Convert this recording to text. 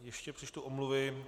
Ještě přečtu omluvy.